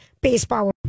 baseball